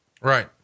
Right